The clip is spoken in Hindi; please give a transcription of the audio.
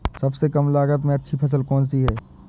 सबसे कम लागत में अच्छी फसल कौन सी है?